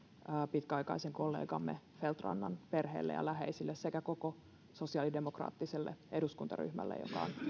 pitkäaikaisen kollegamme feldt rannan perheelle ja läheisille sekä koko sosiaalidemokraattiselle eduskuntaryhmälle joka on